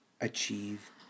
Achieve